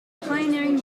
pioneering